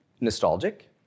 nostalgic